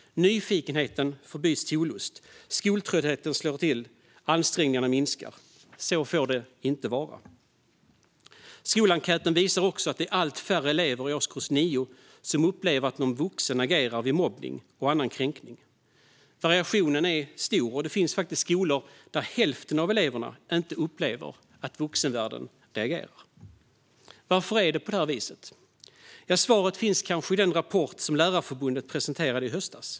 Nyfikenheten förbyts till olust. Skoltröttheten slår till. Ansträngningarna minskar. Så får det inte vara. Skolenkäten visar också att det är allt färre elever i årskurs 9 som upplever att någon vuxen agerar vid mobbning och annan kränkning. Variationen är stor, och det finns skolor där hälften av eleverna inte upplever att vuxenvärlden reagerar. Varför är det på det här viset? Svaret finns kanske i den rapport som Lärarförbundet presenterade i höstas.